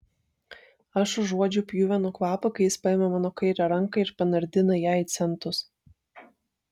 aš užuodžiu pjuvenų kvapą kai jis paima mano kairę ranką ir panardina ją į centus